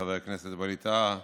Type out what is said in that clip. חבר הכנסת ווליד טאהא,